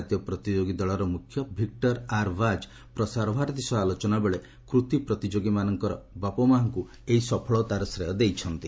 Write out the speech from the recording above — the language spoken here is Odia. ଭାରତୀୟ ପ୍ରତିଯୋଗୀ ଦଳର ମୁଖ୍ୟ ଭିକ୍ଟର ଆର୍ ଭାଜ୍ ପ୍ରସାର ଭାରତୀ ସହ ଆଲୋଚନାବେଳେ କୂତୀ ପ୍ରତିଯୋଗୀମାନଙ୍କର ବାପାମାଆଙ୍କୁ ଏହି ସଫଳତାର ଶ୍ରେୟ ଦେଇଛନ୍ତି